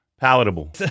palatable